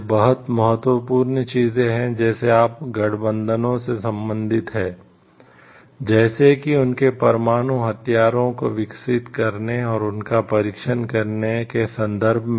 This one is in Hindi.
ये बहुत महत्वपूर्ण चीजें हैं जैसे आप गठबंधनों से संबंधित हैं जैसे कि उनके परमाणु हथियारों को विकसित करने और उनका परीक्षण करने के संदर्भ में